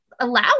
allow